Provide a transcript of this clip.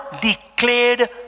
declared